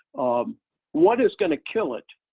um what is going to kill it?